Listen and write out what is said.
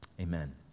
Amen